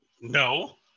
No